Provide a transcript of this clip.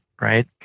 right